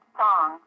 song